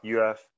UF